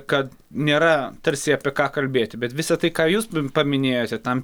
kad nėra tarsi apie ką kalbėti bet visa tai ką jūs paminėjote tam